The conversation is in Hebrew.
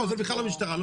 זה בכלל לא המשטרה.